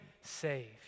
saved